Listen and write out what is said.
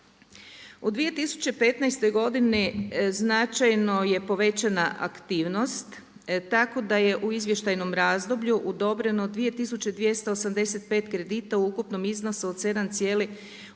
U 2015. godini značajno je povećana aktivnosti, tako da je u izvještajnom razdoblju odobreno 2.285 kredita u ukupnom iznosu od 7,8